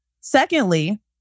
Secondly